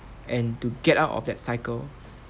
and to get out of that cycle